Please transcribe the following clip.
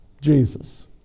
Jesus